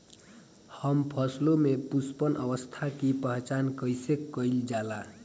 हम फसलों में पुष्पन अवस्था की पहचान कईसे कईल जाला?